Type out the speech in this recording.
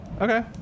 Okay